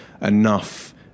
enough